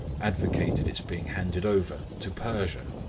advocated its being handed over to persia!